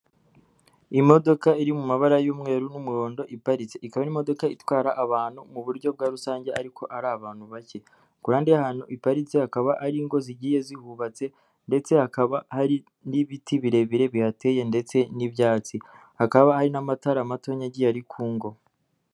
Imodoka iri mu mabara y'umweru n'umuhondo iparitse, ikaba imodoka itwara abantu mu buryo bwa rusange ariko ari abantu bake, ku ruhande ahautu iparitse hakaba hari ingo zigiye zihubatse ndetse hakaba hari n'ibiti birebire bihateye ndetse n'ibyatsi, hakaba hari n'amatara matonya agiye ari kungo.